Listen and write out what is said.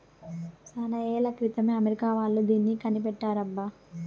చానా ఏళ్ల క్రితమే అమెరికా వాళ్ళు దీన్ని కనిపెట్టారబ్బా